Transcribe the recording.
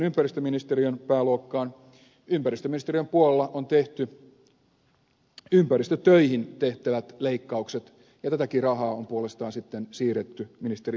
ympäristöministeriön puolella on tehty ympäristötöihin leikkaukset ja tätäkin rahaa on puolestaan sitten siirretty ministeri sinnemäelle